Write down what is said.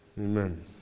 Amen